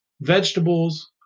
Vegetables